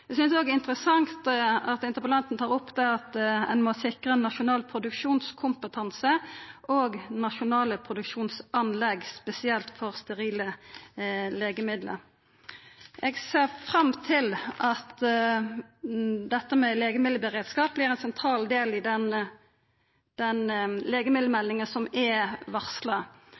Eg synest òg det er interessant at interpellanten tar opp at ein må sikra nasjonal produksjonskompetanse og nasjonale produksjonsanlegg, spesielt for sterile legemiddel. Eg ser fram til at legemiddelberedskap vert ein sentral del i den legemiddelmeldinga som er varsla.